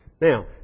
Now